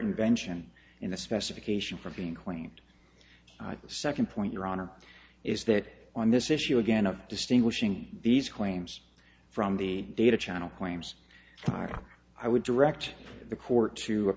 invention in the specification from being quaint the second point your honor is that on this issue again of distinguishing these claims from the data channel claims tyra i would direct the court to